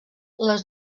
les